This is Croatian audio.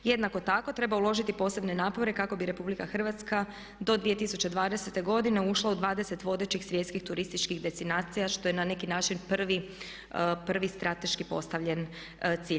Jednako tako treba uložiti posebne napore kako bi RH do 2020. ušla u 20 vodećih svjetskih turističkih destinacija što je na neki način prvi strateški postavljen cilj.